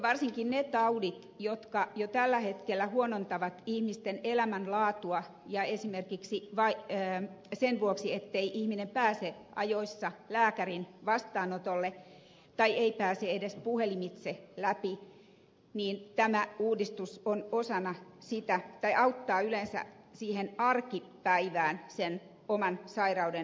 varsinkin niissä taudeissa jotka jo tällä hetkellä huonontavat ihmisten elämänlaatua esimerkiksi sen vuoksi ettei ihminen pääse ajoissa lääkärin vastaanotolle tai ei pääse edes puhelimitse läpi tämä uudistus auttaa yleensä siihen arkipäivään sen oman sairauden hoidossa